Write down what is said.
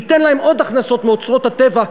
ניתן להם עוד הכנסות מאוצרות הטבע,